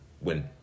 win